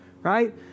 right